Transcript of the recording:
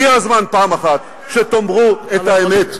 הגיע הזמן פעם אחת שתאמרו את האמת,